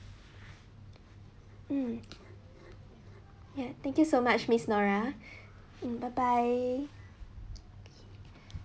mm ya thank you so much miss nora mm bye bye